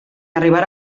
arribar